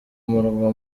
murwa